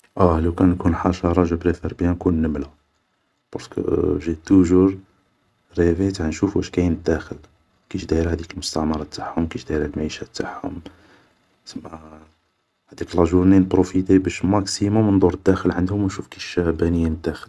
اه لو كان نكون حشرة جو بريفار بيان نكون نملة, بارسكو جي توجور ريفي تاع نشوف واش كاين الداخل, كيش دايرة هديك المستعمرة تاعهم, كيش دايرة معيشة تاعهم, سما هاديك لا جورني نبروفيطي باش ماكسيموم ندور داخل عندهم و نشوف كيش بانيين الداخل